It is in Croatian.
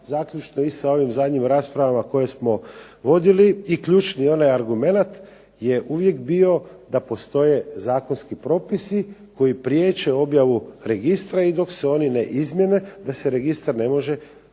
zaključno i sa ovim zadnjim raspravama koje smo vodili. I ključni onaj argumenat je uvijek bio da postoje zakonski propisi koji priječe objavu registra i dok se oni ne izmijene da se registar ne može objaviti.